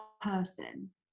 person